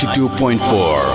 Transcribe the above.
22.4